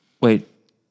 Wait